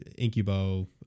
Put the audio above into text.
incubo